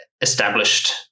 established